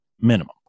minimum